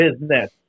business